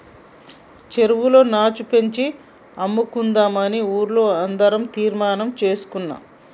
చెరువులో నాచు పెంచి అమ్ముకుందామని ఊర్లో అందరం తీర్మానం చేసుకున్నాం